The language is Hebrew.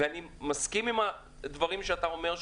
ואני מסכים עם הדברים שאתה אומר,